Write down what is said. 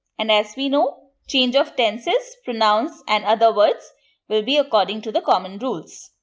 and as we know, change of tenses, pronouns and other words will be according to the common rules.